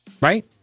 right